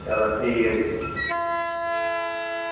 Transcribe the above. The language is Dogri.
चलो ठीक ऐ भी